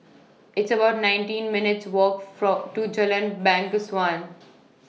It's about nineteen minutes' Walk Follow to Jalan Bangsawan